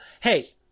hey